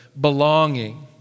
belonging